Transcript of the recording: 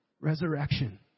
Resurrection